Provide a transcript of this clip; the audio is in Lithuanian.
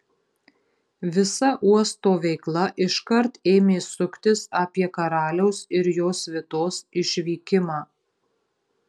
visa uosto veikla iškart ėmė suktis apie karaliaus ir jo svitos išvykimą